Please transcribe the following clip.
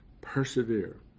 Persevere